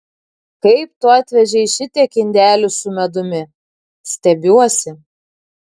kaip tu atvežei šitiek indelių su medumi stebiuosi